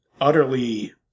utterly